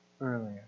earlier